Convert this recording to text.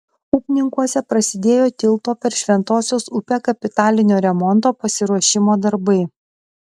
upninkuose prasidėjo tilto per šventosios upę kapitalinio remonto pasiruošimo darbai